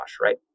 Right